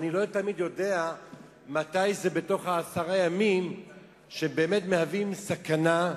ולא תמיד אני יודע מתי זה בתוך העשרה ימים שבאמת מהווים סכנה.